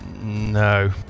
No